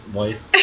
voice